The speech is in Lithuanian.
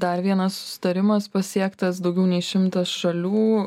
dar vienas susitarimas pasiektas daugiau nei šimtas šalių